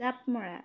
জাপ মৰা